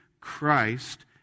Christ